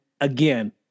again